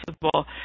possible